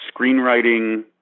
screenwriting